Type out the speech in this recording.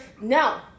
No